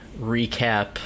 Recap